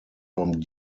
from